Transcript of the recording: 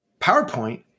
PowerPoint